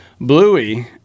Bluey